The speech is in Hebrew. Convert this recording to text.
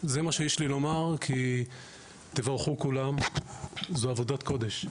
זה מה שיש לי לומר, תבורכו כולם, זו עבודת קודש.